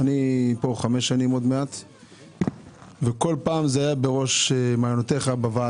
אני נמצא פה כבר חמש שנים ובכל פעם זה היה בראש מעייניך בוועדה,